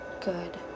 good